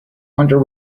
hunter